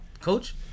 coach